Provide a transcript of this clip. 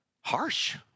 harsh